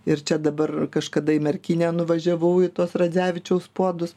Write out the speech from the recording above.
ir čia dabar kažkada į merkinę nuvažiavau į tuos radzevičiaus puodus